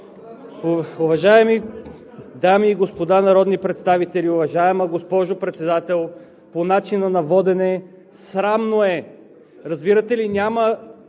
Уважаеми дами и господа народни представители, уважаема госпожо Председател – по начина на водене. Срамно е! Разбирате ли? Няма